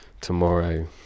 tomorrow